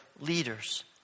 leaders